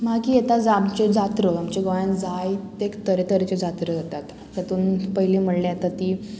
मागीर येता ज आमचे जात्रो आमच्या गोंयान जायते तरेतरेचे जात्रा जातात तातूंत पयली म्हणल्या येता ती